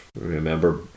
remember